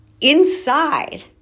Inside